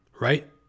right